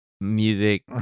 music